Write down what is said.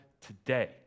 today